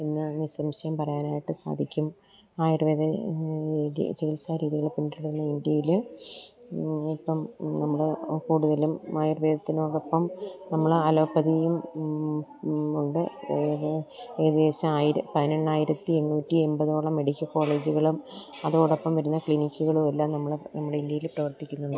എന്ന് നിസംശയം പറയാനായിട്ട് സാധിക്കും ആയുര്വേദ ചികിത്സാ രീതികൾ പിന്തുടരുന്ന ഇന്ത്യയിൽ ഇപ്പം നമ്മൾ കൂടുതലും ആയുര്വേദത്തിനോടൊപ്പം നമ്മൾ അലോപ്പതിയും ഉണ്ട് ഏത് ഏകദേശം ആയിരം പതിനെണ്ണായിരത്തി എണ്ണൂറ്റി എൺപതോളം മെഡിക്ക ക്കോളേജ്കളും അതോടൊപ്പം വരുന്ന ക്ലിനിക്കുകളുമെല്ലാം നമ്മൾ നമ്മുടെ ഇന്ത്യയിൽ പ്രവര്ത്തിക്കുന്നു